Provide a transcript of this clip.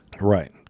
Right